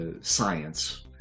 science